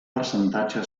percentatge